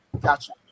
gotcha